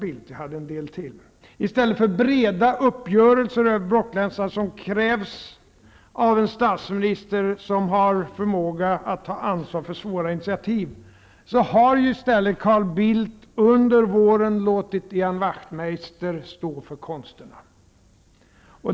I stället för breda uppgörelser över blockgränserna, vilket krävs av en statsminister som har förmåga att ta ansvar för våra initiativ, har Carl Bildt under våren låtit Ian Wachtmeister stå för konsterna.